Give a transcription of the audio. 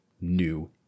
new